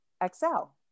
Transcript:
Excel